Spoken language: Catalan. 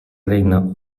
regne